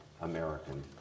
American